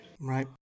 Right